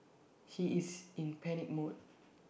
he is in panic mode